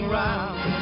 round